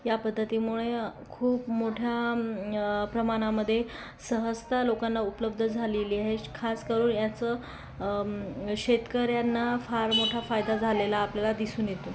या पद्धतीमुळे खूप मोठ्या प्रमाणामध्ये सहजतः लोकांना उपलब्ध झालेली आहे खास करून ह्याचं शेतकऱ्यांना फार मोठा फायदा झालेला आपल्याला दिसून येतो